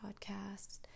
podcast